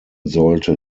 sollte